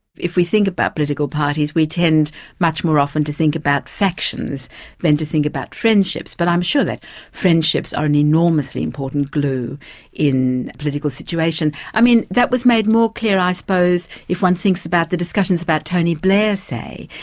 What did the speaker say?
if we think about political parties, we tend much more often to think about factions than to think about friendships. but i'm sure that friendships are an enormously important glue in political situations. i mean that was made more clear i suppose if one thinks about the discussions about tony blair, say,